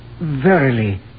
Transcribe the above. Verily